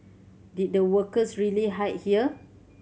did the workers really hide here